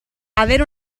avere